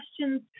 questions